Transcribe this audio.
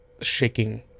shaking